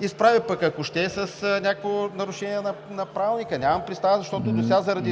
изправи, пък ако ще и с някакво нарушение на Правилника. Нямам представа, защото сега заради